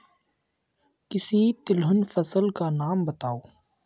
किसी तिलहन फसल का नाम बताओ